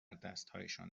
دستهایشان